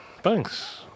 Thanks